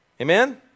Amen